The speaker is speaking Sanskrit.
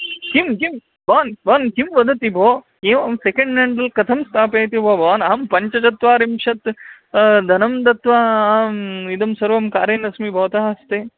किं किं भवान् भवन् किं वदति भोः एवं सेकेण्ड् हेण्ड्स् कथं स्थापयति भोः भवान् अहं पञ्चचत्वारिंशत् धनं दत्वा अहम् इदं सर्वं कारयन् अस्मि भवतः हस्ते